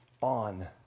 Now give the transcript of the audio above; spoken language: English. on